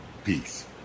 Peace